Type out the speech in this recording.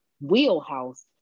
wheelhouse